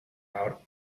out